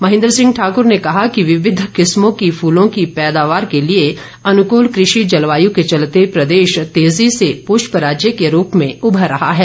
महेन्द्र सिंह ठाक्र ने कहा कि विविध किस्मों की फूलों की पैदावार के लिए अनुकूल कृषि जलवायू के चलते प्रदेश तेजी से पूष्प राज्य के रूप में उभर रहा है